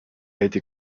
été